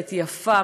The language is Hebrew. יפה,